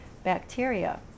bacteria